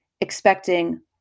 expecting